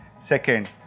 Second